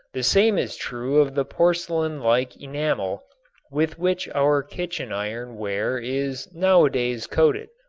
the same is true of the porcelain-like enamel with which our kitchen iron ware is nowadays coated.